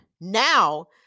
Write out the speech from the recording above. Now